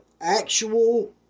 actual